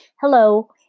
hello